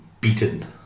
beaten